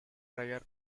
prior